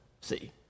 see